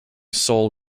soul